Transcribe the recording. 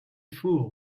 fool